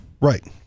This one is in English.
right